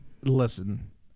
Listen